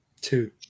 two